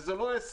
וזה לא ההסכם.